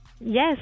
Yes